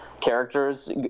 Characters